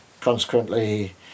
consequently